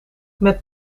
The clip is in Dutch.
met